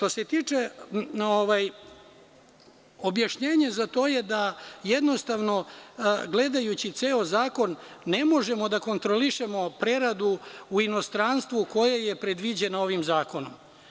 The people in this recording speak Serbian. Objašnjenje za to je da jednostavno, gledajući ceo zakon, ne možemo da kontrolišemo preradu u inostranstvu koje je predviđeno ovim zakonom.